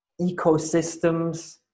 ecosystems